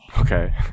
Okay